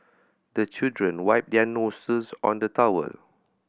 the children wipe their noses on the towel